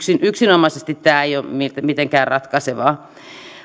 yksinomaisesti tämä ei ole mitenkään ratkaisevaa